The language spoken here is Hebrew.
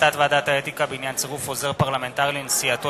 החלטת ועדת האתיקה בעניין צירוף עוזר פרלמנטרי לנסיעתו